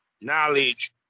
knowledge